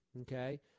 okay